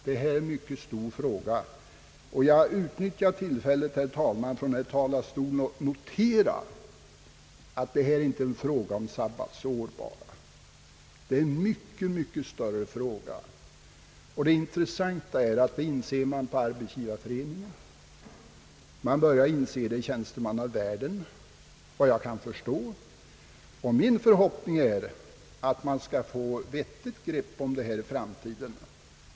Det här är en mycket stor fråga, herr talman, och jag utnyttjar tillfället att notera att det inte bara är en fråga om sabbatsår. Det är en mycket, mycket större fråga. Det intressanta är att man inser det inom Arbetsgivareföreningen och att man börjar inse det i tjänstemannavärlden, efter vad jag kan förstå. Min förhoppning är att det skall kunna tas ett vettigt grepp om det här i framtiden.